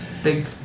big